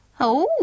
Oh